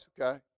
okay